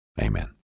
amen